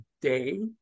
day